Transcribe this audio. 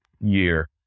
year